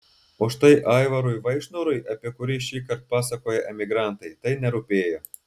o štai aivarui vaišnorui apie kurį šįkart pasakoja emigrantai tai nerūpėjo